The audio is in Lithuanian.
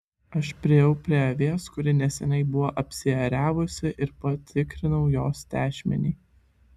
aš priėjau prie avies kuri neseniai buvo apsiėriavusi ir patikrinau jos tešmenį